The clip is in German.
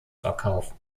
verkauf